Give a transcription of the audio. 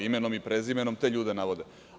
Imenom i prezimenom te ljude navode.